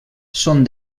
són